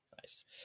Nice